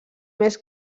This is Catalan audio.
més